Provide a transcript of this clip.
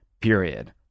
period